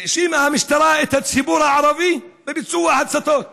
האשימה המשטרה את הציבור הערבי בביצוע ההצתות